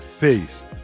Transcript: Peace